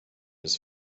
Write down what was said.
his